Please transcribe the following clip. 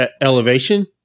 Elevation